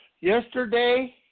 Yesterday